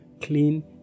clean